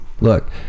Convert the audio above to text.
Look